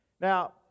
Now